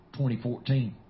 2014